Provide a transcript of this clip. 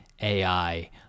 AI